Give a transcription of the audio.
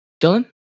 Dylan